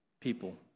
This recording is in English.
people